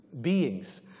beings